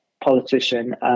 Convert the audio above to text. politician